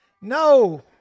No